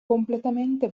completamente